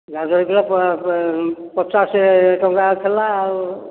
ଗାଜର କିଲୋ ପଚାଶ ଟଙ୍କା ଥିଲା ଆଉ